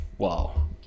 Wow